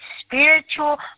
spiritual